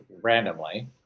randomly